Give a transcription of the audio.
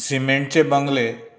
सिमेंटचें बंगले